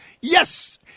Yes